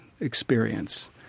experience